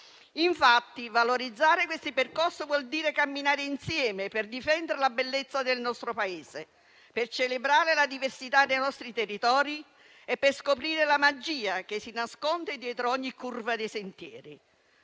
Infatti, valorizzare questi percorsi vuol dire camminare insieme per difendere la bellezza del nostro Paese, per celebrare la diversità dei nostri territori e per scoprire la magia che si nasconde dietro ogni curva dei sentieri.